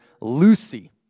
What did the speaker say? Lucy